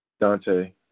Dante